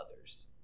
others